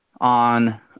on